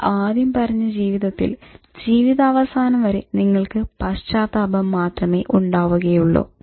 നമ്മൾ ആദ്യം പറഞ്ഞ ജീവിതത്തിൽ ജീവിതാവസാനം വരെ നിങ്ങൾക്ക് പശ്ചാത്താപം മാത്രമേ ഉണ്ടാവുകയുള്ളു